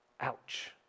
Ouch